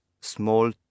small